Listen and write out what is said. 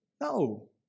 No